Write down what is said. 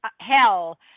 hell